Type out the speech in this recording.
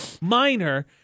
minor